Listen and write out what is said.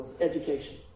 education